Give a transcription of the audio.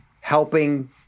helping